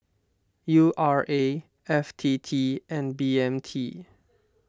U R A F T T and B M T